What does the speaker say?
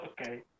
Okay